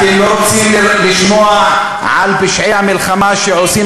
אתם לא רוצים לשמוע על פשעי המלחמה שעושים